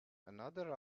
another